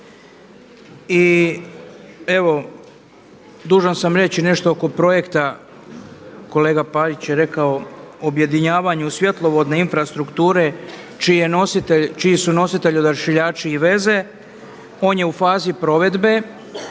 Dužan sam reći nešto oko projekta, kolega Parić je rekao objedinjavanju svjetlovodne infrastrukture čiji su nositelji Odašiljači i veze. On je u fazi provedbe,